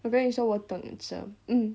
我跟你说我等着 mm